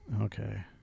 Okay